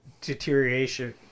deterioration